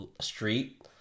street